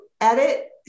edit